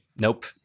Nope